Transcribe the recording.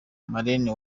marraine